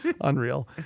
Unreal